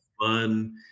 fun